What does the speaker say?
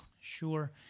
Sure